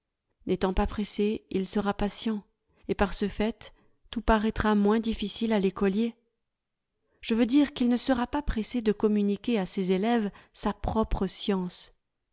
n'étant pas pressé il sera patient et par ce fait tout paraîtra moins difficile à l'écolier je veux dire qu'il ne sera pas pressé de communiquer à ses élèves sa propre science